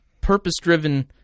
purpose-driven